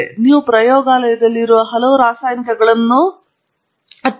ಆದ್ದರಿಂದ ನೀವು ಪ್ರಯೋಗಾಲಯದಲ್ಲಿ ಇರುವ ಹಲವಾರು ರಾಸಾಯನಿಕಗಳನ್ನು ಹೊಂದಿರಬಹುದು